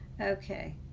okay